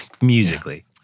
Musically